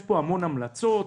יש פה המון המלצות.